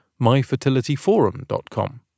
myfertilityforum.com